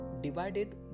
divided